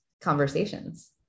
conversations